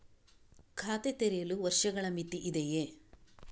ಖಾತೆ ತೆರೆಯಲು ವರ್ಷಗಳ ಮಿತಿ ಇದೆಯೇ?